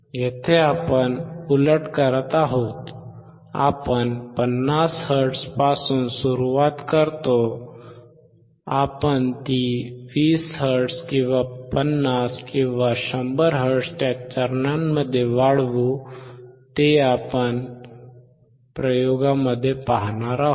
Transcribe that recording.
येथे आपण उलट करत आहोत आपण 50 हर्ट्झपासून सुरुवात करतो आपण ती 20 हर्ट्झ किंवा 50 किंवा 100 हर्ट्झच्या चरणांमध्ये वाढवू हे आपण प्रयोगमध्ये पाहणार आहोत